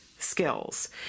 skills